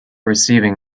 receiving